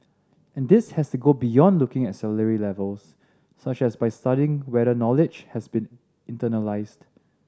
and this has to go beyond looking at salary levels such as by studying whether knowledge has been internalised